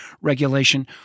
regulation